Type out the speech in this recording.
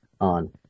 on